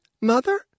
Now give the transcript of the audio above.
Mother